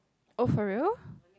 oh for real